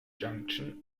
junction